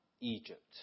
Egypt